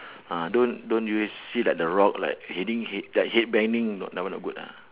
uh don't don't always see like the rock like heading head like head banging cannot that one not good ah